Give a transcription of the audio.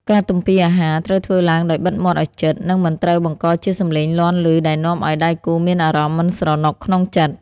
ការទំពារអាហារត្រូវធ្វើឡើងដោយបិទមាត់ឱ្យជិត និងមិនត្រូវបង្កជាសំឡេងលាន់ឮដែលនាំឱ្យដៃគូមានអារម្មណ៍មិនស្រណុកក្នុងចិត្ត។